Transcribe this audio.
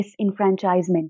disenfranchisement